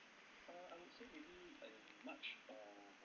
err I would say maybe err march err